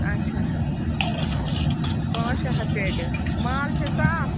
اَچھا پانٛژھ شےٚ ہَتھ پیٹہِ مال چھےٚ صاف